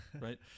right